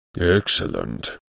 Excellent